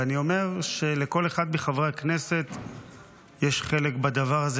ואני אומר שלכל אחד מחברי הכנסת יש חלק בדבר הזה.